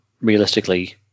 realistically